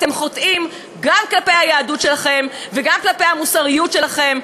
אתם חוטאים גם כלפי היהדות שלכם וגם כלפי המוסריות שלכם,